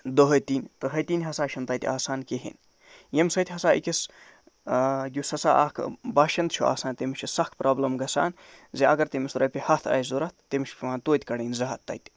دُۂتِنۍ تٔروۂتِنۍ ہسا چھِنہٕ تَتہِ آسان کِہیٖنۍ ییٚمہِ سۭتۍ ہسا أکِس اۭں یُس ہسا اکھ باشَند چھُ آسان تٔمِس چھِ سَکھ پرابلِم گژھان زِ اَگر تٔمِس رۄپیہِ ہَتھ آسہِ ضوٚرتھ تٔمِس چھُ پٮ۪وان توتہِ کَڑٕنۍ زٕ ہَتھ تَتہِ